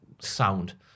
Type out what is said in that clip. sound